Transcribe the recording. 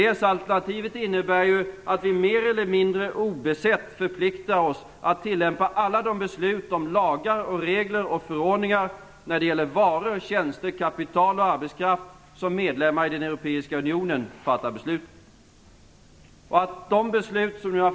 EES-alternativet innebär att vi mer eller mindre obesett förpliktar oss att tillämpa alla de beslut om lagar, regler och förordningar när det gäller varor, tjänster, kapital och arbetskraft som medlemmarna i den europeiska unionen fattar beslut om.